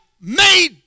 made